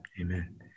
Amen